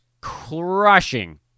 crushing